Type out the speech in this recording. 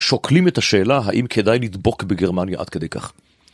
שוקלים את השאלה האם כדאי לדבוק בגרמניה עד כדי כך.